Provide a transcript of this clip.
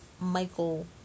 Michael